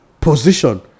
position